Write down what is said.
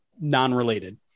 non-related